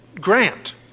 grant